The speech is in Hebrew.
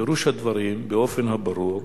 פירוש הדברים, באופן ברור,